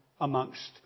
amongst